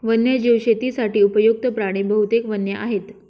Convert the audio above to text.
वन्यजीव शेतीसाठी उपयुक्त्त प्राणी बहुतेक वन्य आहेत